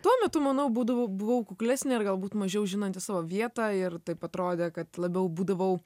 tuo metu manau būdavau buvau kuklesnė ir galbūt mažiau žinanti savo vietą ir taip atrodė kad labiau būdavau